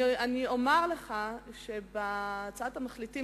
אומר לך שבהצעת המחליטים